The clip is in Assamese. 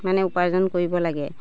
মানে উপাৰ্জন কৰিব লাগে